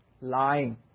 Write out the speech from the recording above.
lying